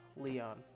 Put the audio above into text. Leon